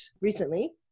recently